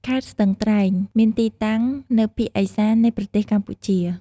ខេត្តស្ទឹងត្រែង មានទីតាំងនៅភាគឦសាននៃប្រទេសកម្ពុជា។